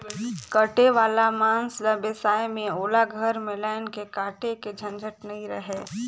कटे वाला मांस ल बेसाए में ओला घर में लायन के काटे के झंझट नइ रहें